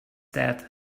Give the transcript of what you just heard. death